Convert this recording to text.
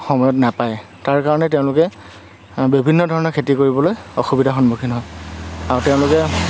সময়ত নাপায় তাৰ কাৰণে তেওঁলোকে বিভিন্ন ধৰণৰ খেতি কৰিবলৈ অসুবিধাৰ সন্মুখীন হয় আৰু তেওঁলোকে